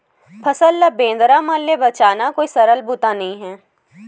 फसल ल बेंदरा मन ले बचाना कोई सरल बूता नइ हे